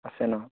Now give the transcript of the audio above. আছে ন